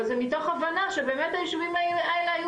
אבל זה מתוך הבנה שבאמת היישובים האלה היו